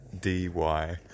D-Y